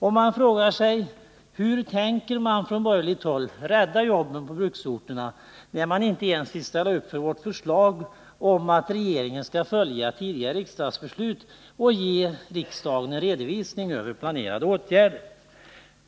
Och man frågar sig: Hur tänker man från borgerligt håll rädda jobben på bruksorterna, när man inte ens vill ställa upp för vårt förslag om att regeringen skall följa tidigare riksdagsbeslut och ge riksdagen en redovisning över planerade åtgärder?